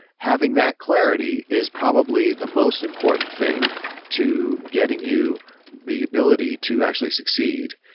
having that clarity is probably the most important thing to getting you the ability to actually succeed,